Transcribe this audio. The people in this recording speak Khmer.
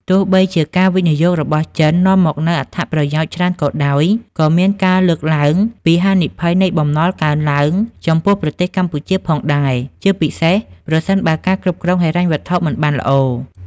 ទោះបីជាការវិនិយោគរបស់ចិននាំមកនូវអត្ថប្រយោជន៍ច្រើនក៏ដោយ ក៏មានការលើកឡើងពីហានិភ័យនៃបំណុលកើនឡើងចំពោះប្រទេសកម្ពុជាផងដែរ ជាពិសេសប្រសិនបើការគ្រប់គ្រងហិរញ្ញវត្ថុមិនបានល្អ។